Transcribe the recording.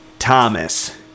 Thomas